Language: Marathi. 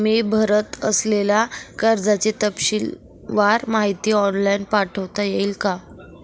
मी भरत असलेल्या कर्जाची तपशीलवार माहिती ऑनलाइन पाठवता येईल का?